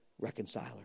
reconciler